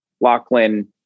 Lachlan